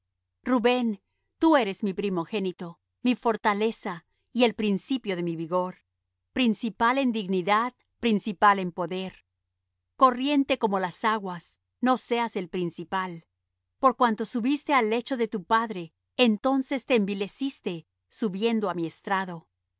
rubén tú eres mi primogénito mi fortaleza y el principio de mi vigor principal en dignidad principal en poder corriente como las aguas no seas el principal por cuanto subiste al lecho de tu padre entonces te envileciste subiendo á mi estrado